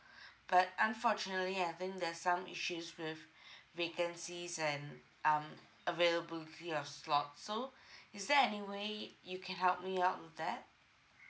but unfortunately I think there's some issues with vacancies and um availability of slots so is there any way you can help me out with that